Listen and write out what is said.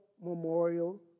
memorial